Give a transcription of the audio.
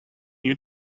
you